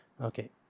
Okay